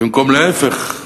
במקום להיפך,